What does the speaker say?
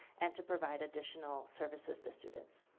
and to provide additional services to students.